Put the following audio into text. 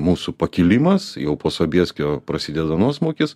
mūsų pakilimas jau po sobieskio prasideda nuosmukis